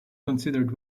considered